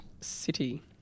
City